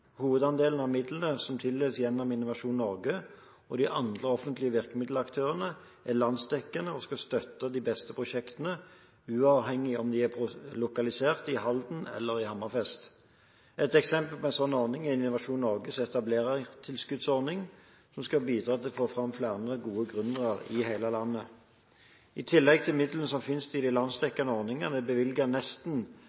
Hovedandelen av midlene som tildeles gjennom Innovasjon Norge og de andre offentlige virkemiddelaktørene, er landsdekkende, og skal støtte de beste prosjektene, uavhengig av om de er lokalisert i Halden eller i Hammerfest. Et eksempel på en sånn ordning er Innovasjon Norges etablerertilskuddsordning, som skal bidra til å få fram flere gode gründere i hele landet. I tillegg til midlene som finnes i de